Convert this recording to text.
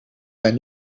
zijn